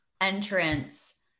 entrance